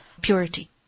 Purity